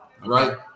Right